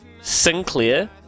Sinclair